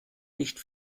nicht